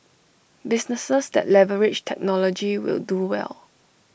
businesses that leverage technology will do well